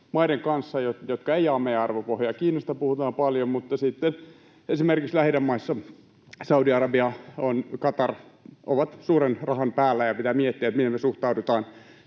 maiden kanssa, jotka eivät jaa meidän arvopohjaamme. Kiinasta puhutaan paljon, mutta sitten esimerkiksi Lähi-idän maista Saudi-Arabia, Qatar ovat suuren rahan päällä, ja pitää miettiä, miten me suhtaudutaan